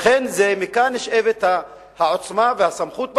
לכן, מכאן נשאבים העוצמה והסמכות והכוח,